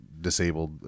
disabled